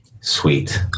Sweet